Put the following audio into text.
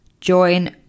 join